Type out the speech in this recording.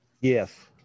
Yes